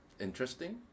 interesting